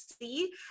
see